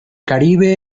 caribe